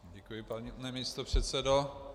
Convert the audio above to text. Děkuji, pane místopředsedo.